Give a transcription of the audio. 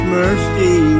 mercy